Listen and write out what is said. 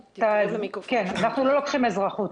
אנחנו לא לוקחים אזרחות.